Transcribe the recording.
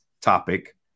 topic